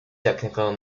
technical